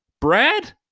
Brad